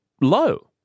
low